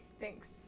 Thanks